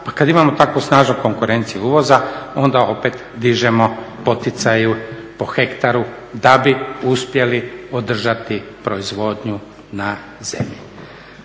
Pa kada imamo tako snažnu konkurenciju uvoza onda opet dižemo poticaje po hektaru da bi uspjeli održati proizvodnju na zemlji.